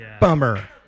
Bummer